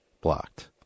blocked